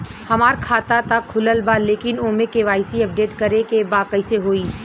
हमार खाता ता खुलल बा लेकिन ओमे के.वाइ.सी अपडेट करे के बा कइसे होई?